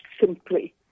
simply